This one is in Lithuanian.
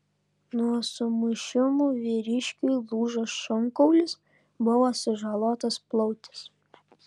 nuo sumušimų vyriškiui lūžo šonkaulis buvo sužalotas plautis